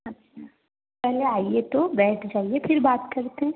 अच्छा पहले आइए तो बैठ जाइए फिर बात करते हैं